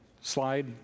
slide